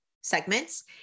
segments